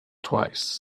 twice